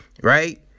right